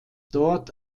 dort